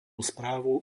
správu